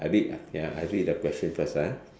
I read ya I read the question first ah